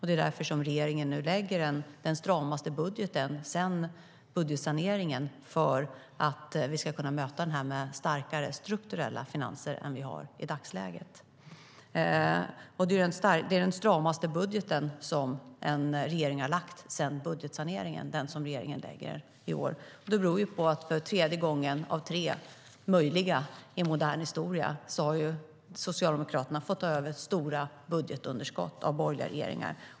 Det är därför regeringen nu lägger den stramaste budgeten sedan budgetsaneringen - för att möta den med starkare strukturella finanser än vi har i dagsläget. Den budget som regeringen lägger fram i år är den stramaste som en regering har lagt fram sedan budgetsaneringen. Det beror på att Socialdemokraterna för tredje gången av tre möjliga i modern historia har fått ta över stora budgetunderskott av borgerliga regeringar.